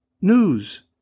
news